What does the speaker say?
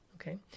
okay